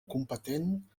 competent